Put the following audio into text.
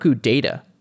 data